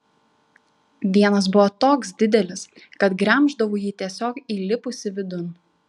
vienas buvo toks didelis kad gremždavau jį tiesiog įlipusi vidun